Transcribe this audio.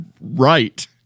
right